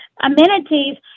amenities